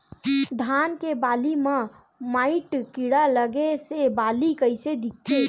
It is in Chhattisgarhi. धान के बालि म माईट कीड़ा लगे से बालि कइसे दिखथे?